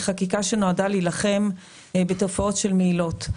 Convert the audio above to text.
החקיקה הזאת נועדה להילחם בתופעות של מהילות.